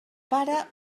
pare